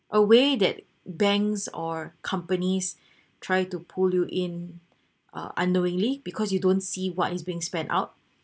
away that banks or companies try to pull you in uh unknowingly because you don't see what is being spent out